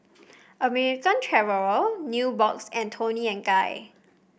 American Traveller Nubox and Toni and Guy